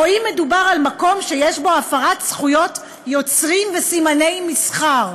או אם מדובר על מקום שיש בו הפרת זכויות יוצרים וסימני מסחר,